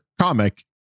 comic